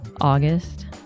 August